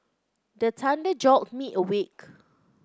the thunder jolt me awake